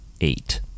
eight